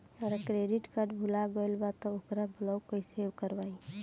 हमार credit card भुला गएल बा त ओके ब्लॉक कइसे करवाई?